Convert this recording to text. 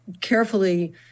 carefully